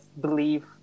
believe